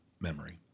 memory